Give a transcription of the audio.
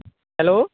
hello